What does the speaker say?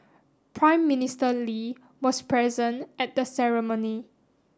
Prime Minister Lee was present at the ceremony